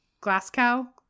Glasgow